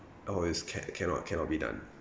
nowadays ca~ cannot cannot be done